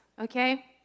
okay